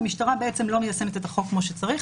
והמשטרה לא מיישמת את החוק כמו שצריך.